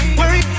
worry